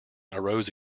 arose